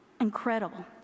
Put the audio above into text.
incredible